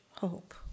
hope